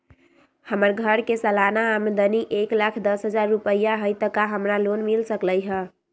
हमर घर के सालाना आमदनी एक लाख दस हजार रुपैया हाई त का हमरा लोन मिल सकलई ह?